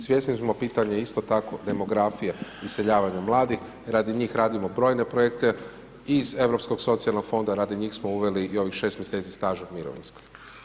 Svjesni smo pitanje isto tako demografije i iseljavanje mladih, radi njih radimo brojne projekte iz europskog socijalnog fonda, radi njih smo uveli i ovih 6 mj. staža u mirovinskom.